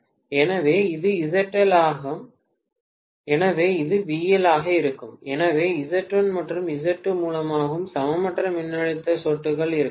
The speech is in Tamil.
எனவே இது ZL ஆகும் எனவே இது VL ஆக இருக்கும் எனவே Z1 மற்றும் Z2 மூலமாகவும் சமமற்ற மின்னழுத்த சொட்டுகள் இருக்கலாம்